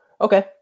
Okay